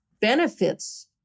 benefits